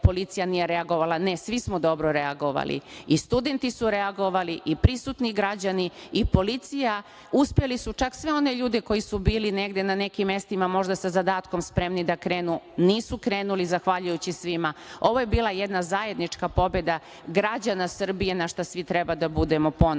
policija nije reagovala, ne, svi smo dobro reagovali, i studenti su reagovali, i prisutni građani, i policija, uspeli su čak sve one ljude koji su bili negde na nekim mestima možda sa zadatkom spremni da krenu, nisu krenuli, zahvaljujući svima. Ovo je bila jedna zajednička pobeda građana Srbije, na šta svi treba da budemo ponosni.